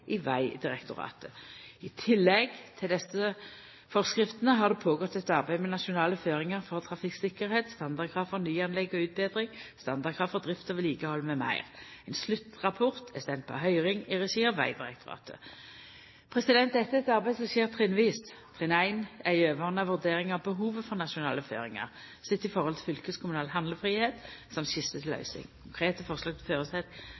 i Vegdirektoratet. I tillegg til desse forskriftene har det gått føre seg eit arbeid med nasjonale føringar for trafikktryggleik, standardkrav for nyanlegg og utbetring, standardkrav for drift og vedlikehald m.m. Ein sluttrapport er send på høyring i regi av Vegdirektoratet. Dette er eit arbeid som skjer trinnvis. Trinn 1 er ei overordna vurdering av behovet for nasjonale føringar sett i forhold til fylkeskommunal handlefridom samt skisse til løysing. Konkrete forslag til